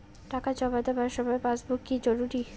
টাকা জমা দেবার সময় পাসবুক কি জরুরি?